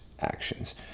actions